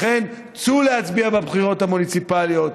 לכן, צאו להצביע בבחירות המוניציפליות.